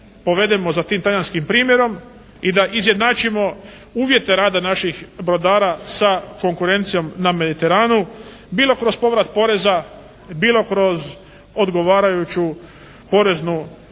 povedemo za tim talijanskim primjerom i da izjednačimo uvjete rada naših brodara sa konkurencijom na Mediteranu bilo kroz povrat poreza, bilo kroz odgovarajuću poreznu